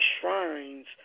shrines